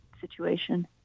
situation